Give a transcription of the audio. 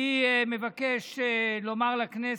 אני מבקש לומר לכנסת: